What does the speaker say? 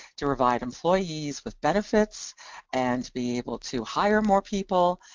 to provide employees with benefits and be able to hire more people,